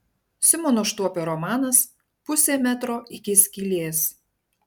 simono štuopio romanas pusė metro iki skylės